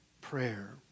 prayer